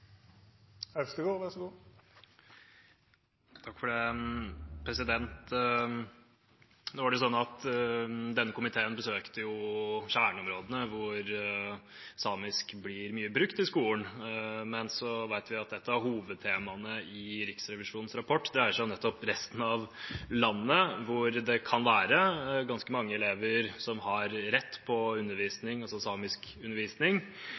Denne komiteen besøkte kjerneområdene, hvor samisk blir mye brukt i skolen. Men så vet vi at et av hovedtemaene i Riksrevisjonens rapport dreier seg om resten av landet, hvor det kan være ganske mange elever som har rett på